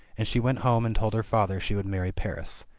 and she went home and told her father she would marry paris.